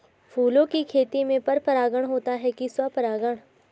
फूलों की खेती में पर परागण होता है कि स्वपरागण?